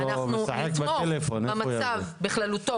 המצב בכללותו,